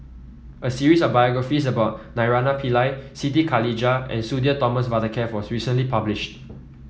a series of biographies about Naraina Pillai Siti Khalijah and Sudhir Thomas Vadaketh was recently published